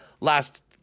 last